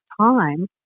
time